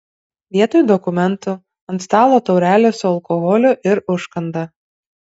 vietoj dokumentų ant stalo taurelės su alkoholiu ir užkanda